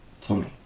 Tommy